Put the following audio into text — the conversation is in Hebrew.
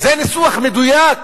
זה ניסוח מדויק